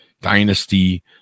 dynasty